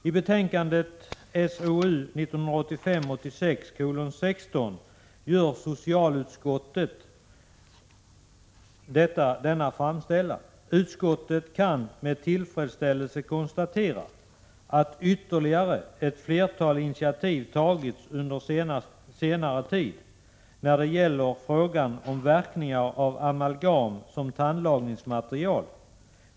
Socialutskottet sade i sitt betänkande 1985/86:16: ”Utskottet kan med tillfredsställelse konstatera att ytterligare ett flertal initiativ tagits under senaste tid när det gäller frågan om verkningar av amalgam som tandlagningsmaterial.